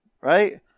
right